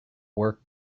work